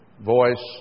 voice